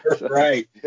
right